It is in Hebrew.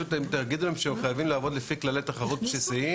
תגידו להם שהם חייבים לעבוד לפי כללי תחרות בסיסיים